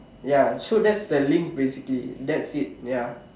ya so that's the link basically that's it ya